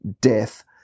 death